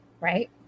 Right